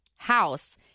house